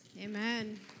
Amen